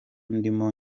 ndimo